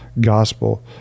gospel